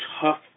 tough